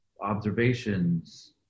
observations